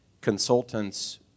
consultants